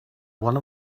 one